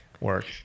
work